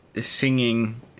Singing